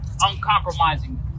uncompromising